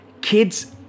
kids